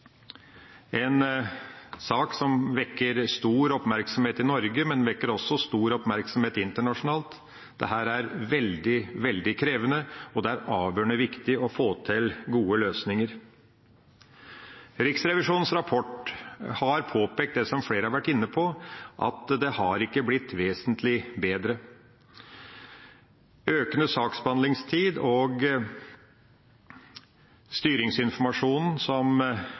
en sak som vekker stor oppmerksomhet i Norge, men som også vekker stor oppmerksomhet internasjonalt. Dette er veldig, veldig krevende, og det er avgjørende viktig å få til gode løsninger. Riksrevisjonens rapport har påpekt det som flere har vært inne på, at det ikke har blitt vesentlig bedre. Det er økende saksbehandlingstid, og styringsinformasjonen som